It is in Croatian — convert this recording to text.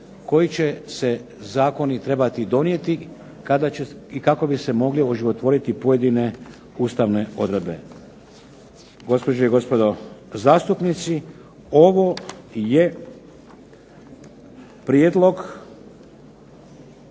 koji će se zakoni trebati donijeti i kako bi se mogle oživotvoriti pojedine ustavne odredbe.